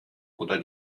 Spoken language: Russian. куда